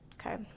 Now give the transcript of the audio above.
Okay